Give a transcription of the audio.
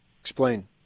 Explain